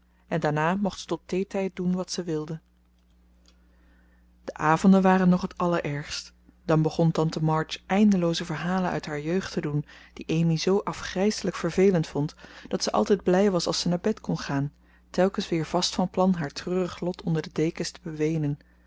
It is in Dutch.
en daarna mocht ze tot theetijd doen wat ze wilde de avonden waren nog het allerergst dan begon tante march eindelooze verhalen uit haar jeugd te doen die amy zoo afgrijselijk vervelend vond dat ze altijd blij was als zij naar bed kon gaan telkens weer vast van plan haar treurig lot onder de dekens te beweenen